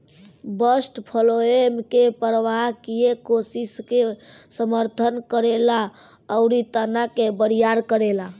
bast phloem के प्रवाह किये कोशिका के समर्थन करेला अउरी तना के बरियार करेला